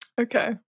Okay